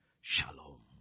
Shalom